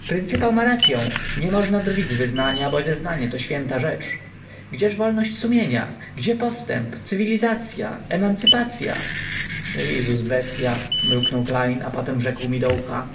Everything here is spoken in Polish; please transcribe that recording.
pryncypał ma racyą niemożna drwić z wyznania bo wyznanie to święta rzecz gdzież wolność sumienia gdzie postęp cywilizacya emancypacya lizus bestya mruknął klejn a potem rzekł mi do ucha